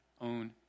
own